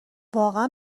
واقعا